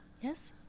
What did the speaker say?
Yes